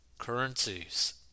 Currencies